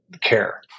care